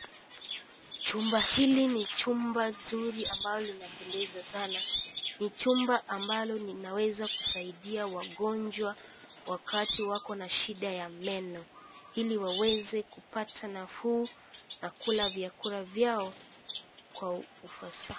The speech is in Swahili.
Chumba hiki ni chumba nzuri ambalo linapendeza Sana. NI chumba ambalo linaweza kusaidia wagonjwa wakati wako na shida ya meno iko waweze kupata nafuu na kila vyakula vyao Kwa ufasaha.